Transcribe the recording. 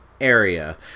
area